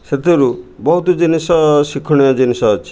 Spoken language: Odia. ସେଥିରୁ ବହୁତ ଜିନିଷ ଶିକ୍ଷଣୀୟ ଜିନିଷ ଅଛି